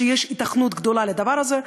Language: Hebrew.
שיש היתכנות גדולה לדבר הזה,